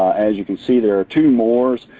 as you can see there are two moore's.